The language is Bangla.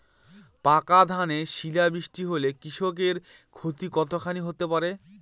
পাকা ধানে শিলা বৃষ্টি হলে কৃষকের ক্ষতি কতখানি হতে পারে?